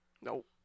Nope